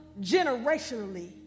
generationally